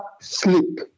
sleep